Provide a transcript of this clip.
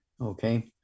okay